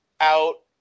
out